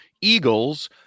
Eagles